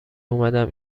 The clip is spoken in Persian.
اومدم